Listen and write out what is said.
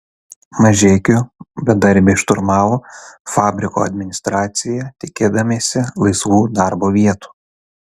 mažeikių bedarbiai šturmavo fabriko administraciją tikėdamiesi laisvų darbo vietų